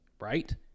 right